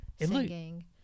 singing